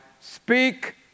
speak